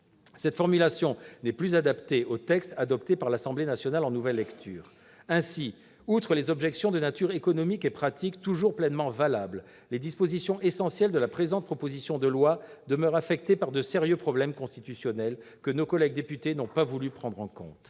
Cette formulation n'est plus adaptée au texte adopté par l'Assemblée nationale en nouvelle lecture. Ainsi, outre les objections de nature économique et pratique, toujours pleinement valables, les dispositions essentielles de la présente proposition de loi demeurent affectées par de sérieux problèmes constitutionnels que nos collègues députés n'ont pas voulu prendre en compte.